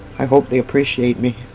i hope they appreciate me.